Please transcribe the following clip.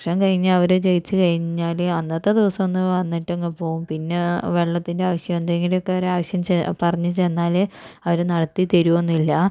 election കഴിഞ്ഞാൽ അവര് ജയിച്ചു കഴിഞ്ഞാല് അന്നത്തെ ദിവസം ഒന്ന് വന്നിട്ട് അങ്ങ് പോകും പിന്നെ വെള്ളത്തിൻ്റെ ആവശ്യം എന്തെങ്കിലുമൊക്കെ ഒരാവശ്യമൊക്കെ ചെ പറഞ്ഞു ചെന്നാല് അവര് നടത്തി തരു ഒന്നു ഇല്ല